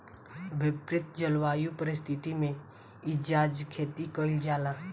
विपरित जलवायु वाला परिस्थिति में एइजा खेती कईल जाला